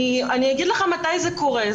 אני אגיד לך מתי זה קורה.